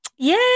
Yay